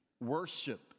worship